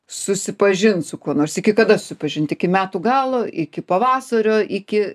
susipažint su kuo nors iki kada susipažint iki metų galo iki pavasario iki